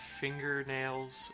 fingernails